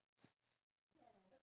really